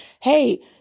hey